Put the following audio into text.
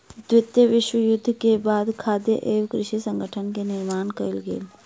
द्वितीय विश्व युद्ध के बाद खाद्य एवं कृषि संगठन के निर्माण कयल गेल